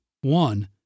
One